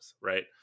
Right